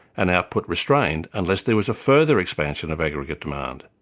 and output restrained, unless there was a further expansion of aggregate demand.